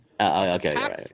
Okay